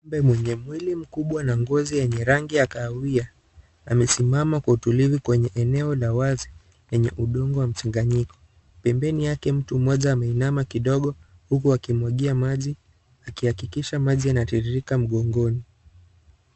Ng'ombe mwenye mwili mkubwa na ngozi yenye rangi ya kahawia amesimama kwa utulivu kwenye eneo la wazi lenye udongo wa mchanganyiko . Pembeni yake mtu ameninama kidogo huku akimwagia maji akihakikisha maji yanatiririka mgongoni.